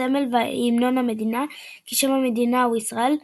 הסמל והמנון המדינה כי שם המדינה הוא "ישראל",